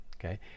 okay